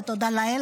ותודה לאל,